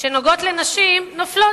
שנוגעות לנשים נופלות.